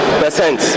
percent